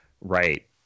right